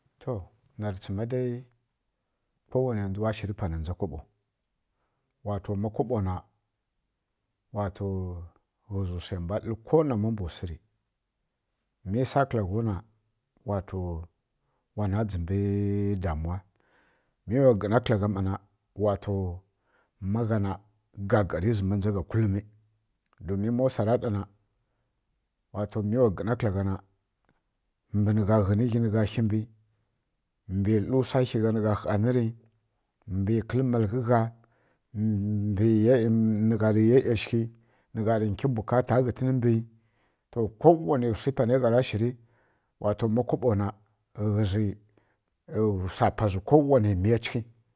To narǝ tsǝma dai kowanǝ ndwu wa shǝri pana ndza kaɓo ma ka kobo na wa to ghǝzǝ ko na nama mbǝ swa mǝ swa kala gha wa na mbǝ damu mǝ wa gǝna kǝgha mbanǝ wa to ma gha na na gari zama nja kulimǝ domin ma swara ɗa na wa to mǝ wa gǝna kǝlǝgha mbǝ ghǝnǝ ghyi na mbaw hyi mbǝ mǝ tlǝri swa hya nǝ gha nǝ mbwa hyiri mba kǝl malaghi na gha yaa yausghǝ na gha hari kǝyǝ bukata ghǝtǝn mbǝ ko wa na swa pa nǝ gha hya ra shǝrǝ ma kobo na ghǝzǝ swa pa ko wanǝ mǝ cigyi